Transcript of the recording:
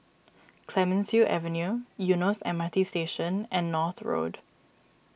Clemenceau Avenue Eunos M R T Station and North Road